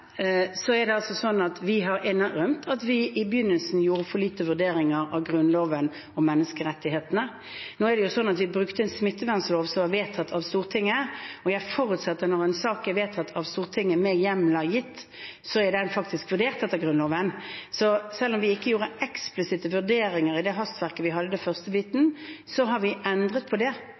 vi innrømt at vi i begynnelsen gjorde for lite vurderinger av Grunnloven og menneskerettighetene. Nå brukte vi en smittevernlov som er vedtatt av Stortinget, og jeg forutsetter at når en sak er vedtatt av Stortinget med hjemler gitt, så er den faktisk vurdert etter Grunnloven. Så selv om vi ikke gjorde eksplisitte vurderinger i det hastverket vi hadde i den første biten, så har vi endret på det.